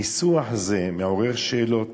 ניסוח זה מעורר שאלות